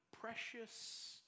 Precious